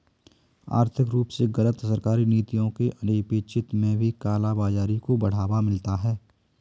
आर्थिक रूप से गलत सरकारी नीतियों के अनपेक्षित में भी काला बाजारी को बढ़ावा मिलता है